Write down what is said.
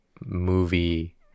movie